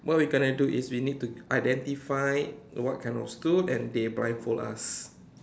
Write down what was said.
what we gonna do is we need to identify what kind of stool and they blindfold us